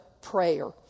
prayer